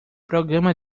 programa